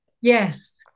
yes